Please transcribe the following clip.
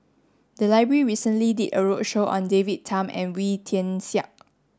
the library recently did a roadshow on David Tham and Wee Tian Siak